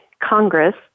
Congress